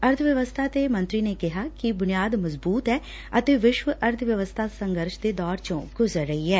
ਅਰਥ ਵਿਵਸਥਾ ਤੇ ਮੰਤਰੀ ਨੇ ਕਿਹਾ ਕਿ ਬੁਨਿਆਦ ਮਜ਼ਬਤ ਐ ਅਤੇ ਵਿਸ਼ਵ ਅਰਥ ਵਿਵਸਥਾ ਸੰਘਰਸ਼ ਦੇ ਦੌਰ ਚੋਂ ਗੁਜ਼ਰ ਰਹੀ ਐ